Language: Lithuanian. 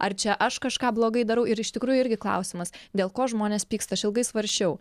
ar čia aš kažką blogai darau ir iš tikrųjų irgi klausimas dėl ko žmonės pyksta aš ilgai svarsčiau